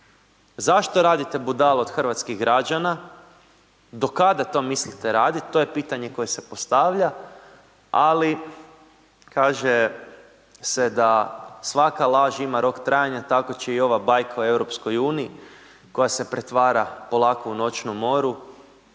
Zašto radite budalu od hrvatskih građana? Do kada to mislite raditi? To je pitanje koje se postavlja, ali kaže se da svaka laž ima rok trajanja, tako će i ovaj bajka o EU, koja se pretvara polako u noćnu moru,